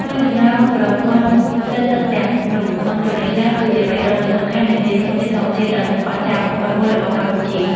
ក្នុងចំណោមប្រព័ន្ធផ្លូវទឹកទាំងនោះ បឹងទន្លេសាប គឺជាបេះដូងដ៏សំខាន់ និងជាធនធានធម្មជាតិដ៏អស្ចារ្យបំផុតមួយរបស់កម្ពុជា។